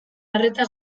arreta